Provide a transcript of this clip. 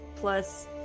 plus